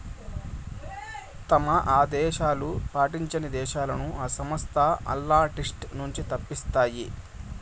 తమ ఆదేశాలు పాటించని దేశాలని ఈ సంస్థ ఆల్ల లిస్ట్ నుంచి తప్పిస్తాది